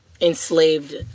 enslaved